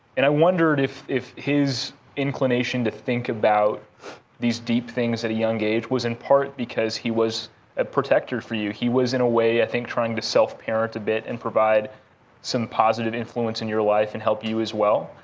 and i wondered if if his inclination to think about these deep things at a younger age was in part because he was a protector for you. he was, in a way, i think trying to self parent a bit and provide some positive influence in your life and help you, as well.